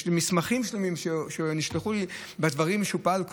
יש לי מסמכים שלמים שנשלחו אליי בדברים שהוא פעל,